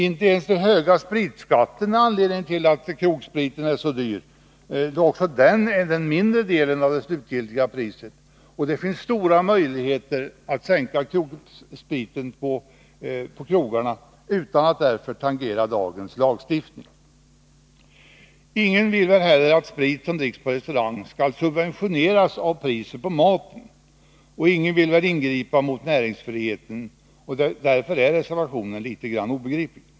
Inte ens den höga spritskatten är anledningen till att krogspriten är så dyr, eftersom också den är den mindre delen av det slutliga priset. Det finns stora möjligheter att sänka spritpriset på krogarna utan att därför tangera dagens lagstiftning. Ingen vill väl att sprit som dricks på restaurang skall subventioneras med hjälp av priset på maten, och ingen vill väl ingripa mot näringsfriheten. Reservationen är därför obegriplig.